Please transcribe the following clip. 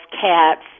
cats